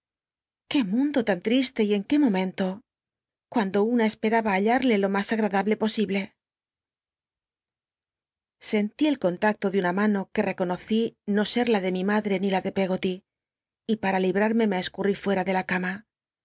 qué mundo tan ll'i lc y en qué momento cuando una esperaba hallarle lo mas agradable posible sentí el contacto de una mano que reconoci no ser la de mi madrc ni la de pcggoly y para librarme me cscuni fuera de la c